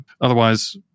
Otherwise